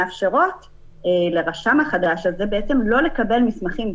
מאפשרות לרשם החדש לא לקבל מסמכים,